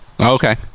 okay